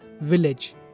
village